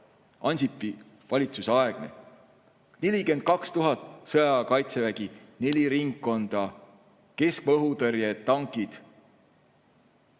Ansipi valitsuse aegne. 42 000 sõjaaja kaitsevägi, neli ringkonda, keskmaa-õhutõrje, tankid.